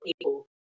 people